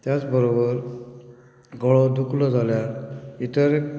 त्याच बरोबर गळो दुखलो जाल्यार इतर